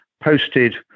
posted